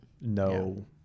No